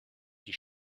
die